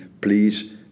please